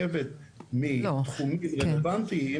מסכים גם בזמן אמת כשהוא כבר לא יכול להביע את הסכמתו.